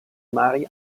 mari